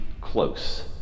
close